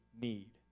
need